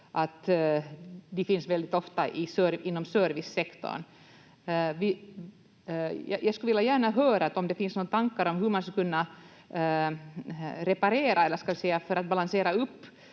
finns väldigt ofta inom servicesektorn. Jag skulle gärna vilja höra om det finns några tankar om hur man skulle kunna reparera eller, ska vi säga, balansera upp